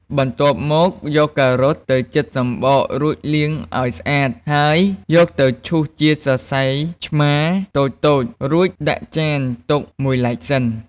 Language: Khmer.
បន្ទាប់មក យកការ៉ុតទៅចិតសំបករួចលាងឱ្យស្អាត ហើយយកទៅឈូសជាសរសៃឆ្មាតូចៗ រួចដាក់ចានទុកមួយឡែកសិន។